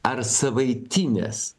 ar savaitines